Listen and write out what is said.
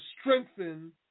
strengthen